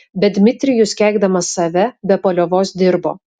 bet dmitrijus keikdamas save be paliovos dirbo